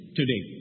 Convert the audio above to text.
today